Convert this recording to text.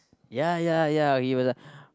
ya ya ya he was like